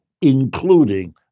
Including